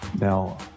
Now